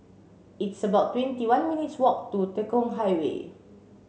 it's about twenty one minutes' walk to Tekong Highway